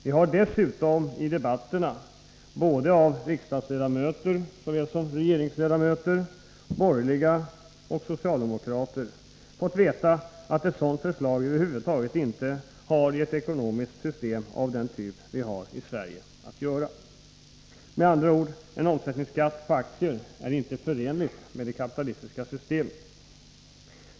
Vi har dessutom i debatterna av både riksdagsledamöter och regeringsledamöter, borgerliga såväl som socialdemokratiska, fått veta att ett sådant förslag över huvud taget inte har att göra i ett ekonomiskt system av den typ som vi har i Sverige. Med andra ord: En omsättningsskatt på aktier är inte förenlig med det kapitalistiska systemet.